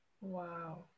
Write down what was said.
Wow